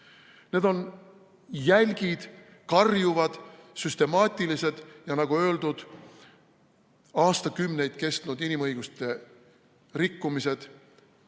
See on jälk, karjuv, süstemaatiline ja, nagu öeldud, aastakümneid kestnud inimõiguste rikkumine,